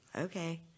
okay